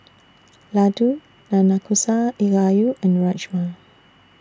Ladoo Nanakusa Gayu and Rajma